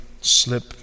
slip